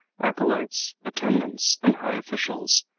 acolytes, attendants and high officials,